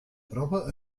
prova